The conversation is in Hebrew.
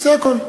זה הכול.